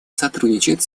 сотрудничает